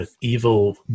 evil